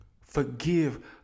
Forgive